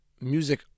music